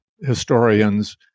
historians